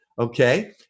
okay